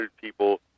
people